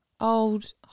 old